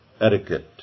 etiquette